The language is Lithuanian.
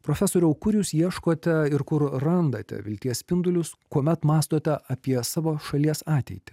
profesoriau kur jūs ieškote ir kur randate vilties spindulius kuomet mąstote apie savo šalies ateitį